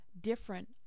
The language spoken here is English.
different